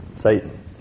Satan